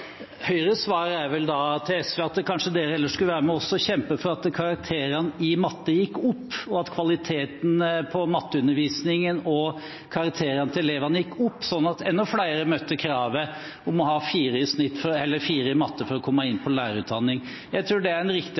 Høyres svar til SV er vel da kanskje at man heller skulle være med oss og kjempe for at karakterene i matte gikk opp, og at kvaliteten på matteundervisningen og karakterene til elevene gikk opp, slik at enda flere møtte kravet om å ha 4 i matte for å komme inn på lærerutdanningen. Jeg tror det er en